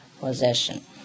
possession